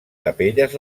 capelles